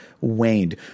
waned